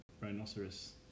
Rhinoceros